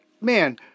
man